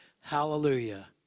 Hallelujah